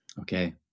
okay